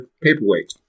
paperweight